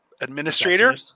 administrator